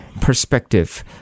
Perspective